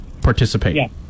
participate